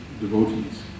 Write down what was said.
devotees